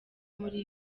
muri